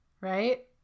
Right